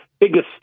biggest